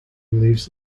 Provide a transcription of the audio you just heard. lives